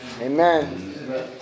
Amen